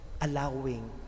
Allowing